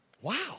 Wow